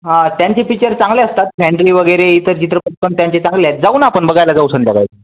हा त्यांचे पिक्चर चांगले असतात फॅन्ड्री वगैरे इतर चित्रपट पण त्यांचे चांगले आहेत जाऊ ना आपण बघायला जाऊ संध्याकाळी